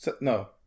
No